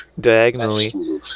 diagonally